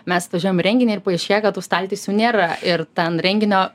mes atvažiuojam į renginį ir paaiškėja kad tų staltiesių nėra ir ten renginio